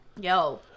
Yo